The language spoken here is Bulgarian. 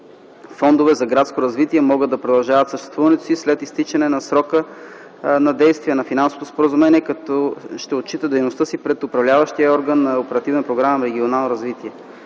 фондове за градско развитие могат да продължат съществуването си след изтичане на срока на действие на Финансовото споразумение, като ще отчита дейността си пред Управляващия орган на Оперативна програма „Регионално развитие”.